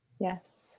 Yes